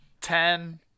Ten